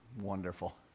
wonderful